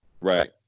Right